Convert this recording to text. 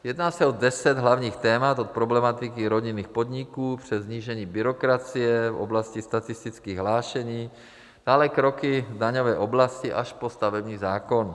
Jedná se o deset hlavních témat od problematiky rodinných podniků přes snížení byrokracie v oblasti statistických hlášení, dále kroky v daňové oblasti až po stavební zákon.